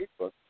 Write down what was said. Facebook